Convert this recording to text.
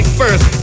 first